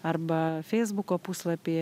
arba feisbuko puslapyje